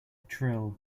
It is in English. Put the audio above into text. trill